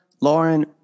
Lauren